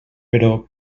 però